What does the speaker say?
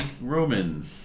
Roman